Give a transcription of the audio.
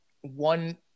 one